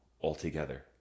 altogether